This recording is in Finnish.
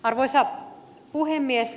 arvoisa puhemies